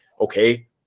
okay